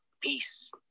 Peace